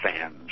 fans